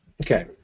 Okay